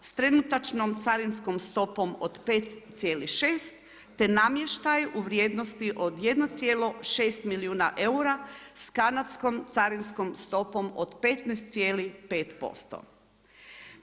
S trenutačnom carinskom stopom od 5,6% te namještaj u vrijednosti od 1,6 milijuna eura sa kanadskom carinskom stopom od 15,5%